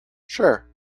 sure